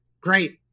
Great